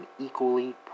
equally